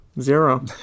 Zero